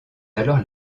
alors